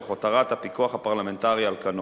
תוך הותרת הפיקוח הפרלמנטרי על כנו.